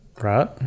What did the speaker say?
right